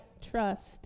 trust